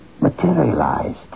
materialized